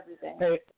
hey